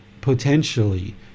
potentially